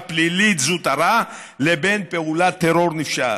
פלילית זוטרה לבין פעולת טרור נפשעת?